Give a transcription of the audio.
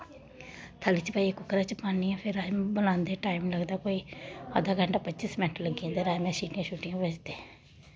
थाली च पाइयै कुक्करै च पान्नी आं फिर राजमा बनांदे टाइम लगदा कोई अद्धा घैंटा पंचीस मैंट्ट लग्गी जंदे राजमा गी सीटियां सूटियां बजदे